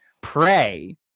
pray